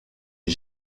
les